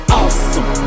awesome